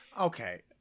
Okay